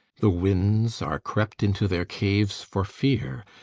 the winds are crept into their caves for fear,